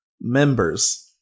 Members